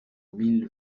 mille